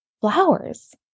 flowers